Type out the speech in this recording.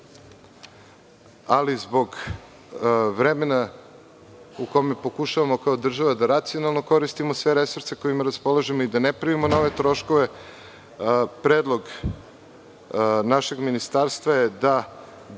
ali zbog vremena u kome pokušavamo kao država da racionalno koristimo sve resurse sa kojima raspolažemo i da ne pravimo nove troškove, predlog našeg ministarstva je da